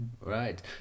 Right